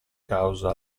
causa